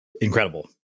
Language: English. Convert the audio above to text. incredible